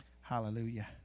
hallelujah